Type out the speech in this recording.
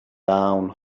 down